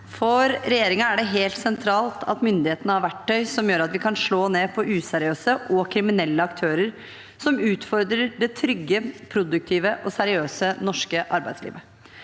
For regjeringen er det helt sentralt at myndighetene har verktøy som gjør at vi kan slå ned på useriøse og kriminelle aktører som utfordrer det trygge, produktive og seriøse norske arbeidslivet.